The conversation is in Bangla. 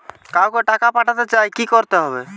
কাউকে টাকা পাঠাতে চাই কি করতে হবে?